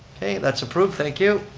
okay, that's approved, thank you.